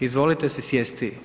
Izvolite se sjesti.